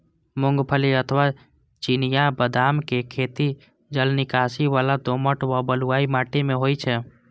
मूंगफली अथवा चिनिया बदामक खेती जलनिकासी बला दोमट व बलुई माटि मे होइ छै